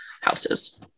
houses